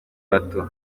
bato